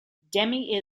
demi